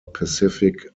pacific